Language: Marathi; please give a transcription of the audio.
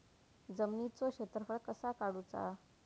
जमिनीचो क्षेत्रफळ कसा काढुचा?